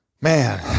man